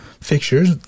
Fixtures